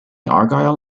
argyle